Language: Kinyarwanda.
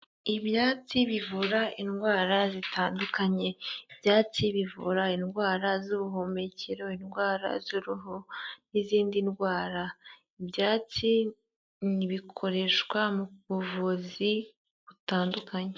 Ibyatsi bivura indwara zitandukanye. Ibyatsi bivura indwara z'ubuhumekero, indwara z'uruhu, n'izindi ndwara. Ibyatsi ni ibikoreshwa mu buvuzi butandukanye.